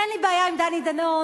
אין לי בעיה עם דני דנון,